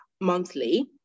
monthly